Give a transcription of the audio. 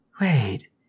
Wait